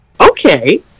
Okay